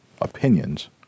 opinions